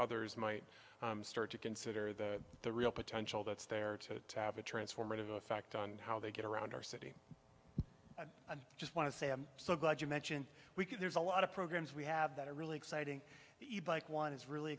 others might start to consider the the real potential that's there to have a transformative effect on how they get around our city and i just want to say i'm so glad you mentioned we can there's a lot of programs we have that are really exciting even like one is really